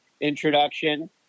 introduction